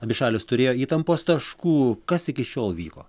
abi šalys turėjo įtampos taškų kas iki šiol vyko